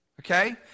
okay